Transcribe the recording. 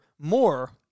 more